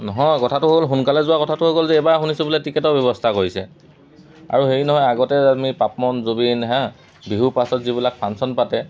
নহয় কথাটো হ'ল সোনকালে যোৱা কথাটো হৈ গ'ল যে এবাৰ শুনিছোঁ বোলে টিকেটৰ ব্যৱস্থা কৰিছে আৰু হেৰি নহয় আগতে আমি পাপন জুবিন বিহুৰ পাছত যিবিলাক ফাংশ্যন পাতে